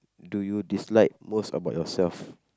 do you dislike most about yourself